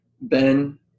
Ben